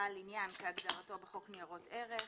"בעל עניין" כהגדרתו בחוק ניירות ערך,